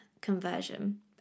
conversion